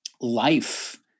life